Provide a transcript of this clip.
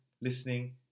listening